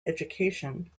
education